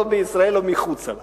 לא בישראל ולא מחוצה לה.